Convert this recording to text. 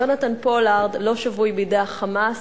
יונתן פולארד לא שבוי בידי ה"חמאס",